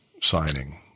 signing